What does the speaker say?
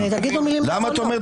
תודה רבה.